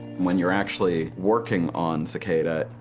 when you're actually working on cicada,